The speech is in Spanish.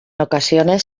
ocasiones